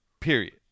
Period